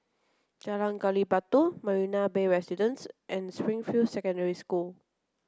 Jalan Gali Batu Marina Bay Residences and Springfield Secondary School